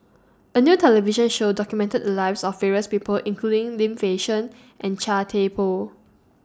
A New television Show documented The Lives of various People including Lim Fei Shen and Chia Thye Poh